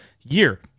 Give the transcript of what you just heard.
year